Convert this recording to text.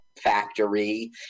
factory